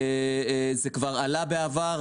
הנושא כבר עלה בעבר,